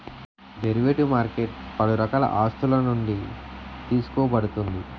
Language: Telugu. డెరివేటివ్ మార్కెట్ పలు రకాల ఆస్తులునుండి తీసుకోబడుతుంది